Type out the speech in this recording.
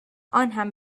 آنهم